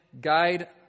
guide